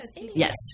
Yes